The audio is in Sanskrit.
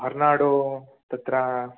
होर्नाडु तत्र